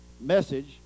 message